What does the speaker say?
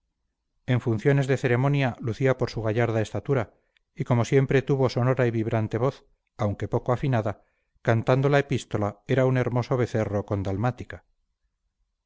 en funciones de ceremonia lucía por su gallarda estatura y como siempre tuvo sonora y vibrante voz aunque poco afinada cantando la epístola era un hermoso becerro con dalmática